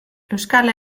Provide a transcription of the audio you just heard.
euskal